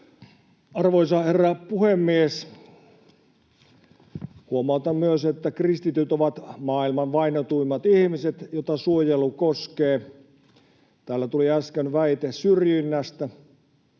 Arvoisa herra puhemies! Huomautan myös, että kristityt ovat maailman vainotuimmat ihmiset, joita suojelu koskee. Täällä tuli äsken väite syrjinnästä.